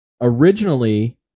originally